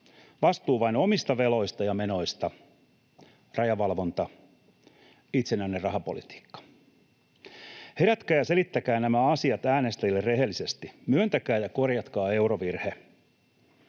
vastuu vain omista veloista ja menoista, rajavalvonta, itsenäinen rahapolitiikka. Herätkää ja selittäkää nämä asiat äänestäjille rehellisesti. Myöntäkää ja korjatkaa eurovirhe.